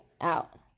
out